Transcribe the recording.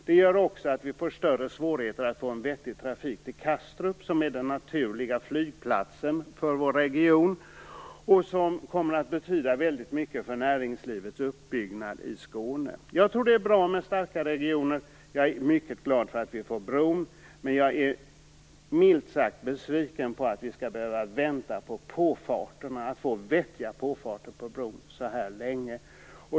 Det gör också att vi får större svårigheter att få en vettig trafik till Kastrup, som är den naturliga flygplatsen för vår region och som kommer att betyda väldigt mycket för näringslivets uppbyggnad i Skåne. Jag tror att det är bra med starka regioner. Jag är mycket glad att vi fått bron. Jag är dock milt sagt besviken på att vi skall behöva vänta så här länge på att få vettiga påfarter till bron.